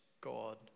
God